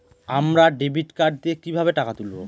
আমরা debit card দিয়ে কিভাবে টাকা তুলবো?